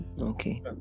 Okay